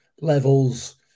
levels